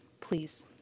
Please